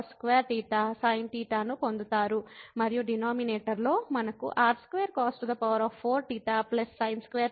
కాబట్టి r cos2θsinθ ను పొందుతారు మరియు డినామినేటర్ లో మనకు r2cos4θ sin2θ లభిస్తుంది